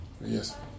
Yes